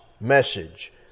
message